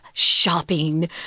Shopping